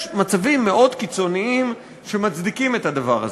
יש מצבים מאוד קיצוניים שמצדיקים את הדבר הזה,